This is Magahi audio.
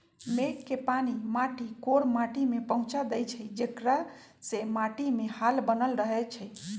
मेघ के पानी माटी कोर माटि में पहुँचा देइछइ जेकरा से माटीमे हाल बनल रहै छइ